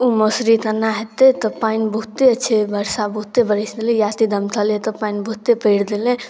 ओ मौसरी कोना हेतै तऽ पानि बहुते छै बरसा बहुते बरसि गेलै इएहसब तऽ पानि बहुते पड़ि गेलै